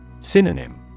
Synonym